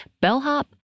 bellhop